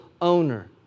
owner